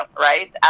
right